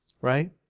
right